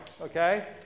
okay